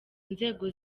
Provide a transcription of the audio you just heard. nzego